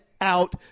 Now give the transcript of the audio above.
out